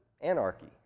Anarchy